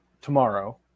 tomorrow